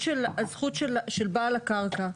הזכות של בעל הקרקע,